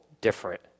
different